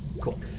cool